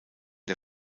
der